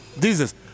Jesus